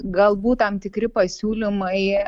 galbūt tam tikri pasiūlymai